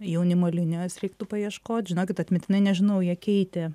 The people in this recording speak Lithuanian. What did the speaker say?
jaunimo linijos reiktų paieškoti žinokit atmintinai nežinau jie keitė